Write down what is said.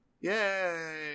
Yay